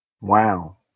Wow